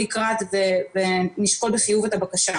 מערכת הבריאות הפלשתינית ונעזוב רגע בצד את הטיפולים בישראל,